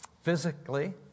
physically